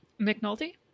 McNulty